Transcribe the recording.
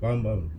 faham faham